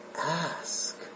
ask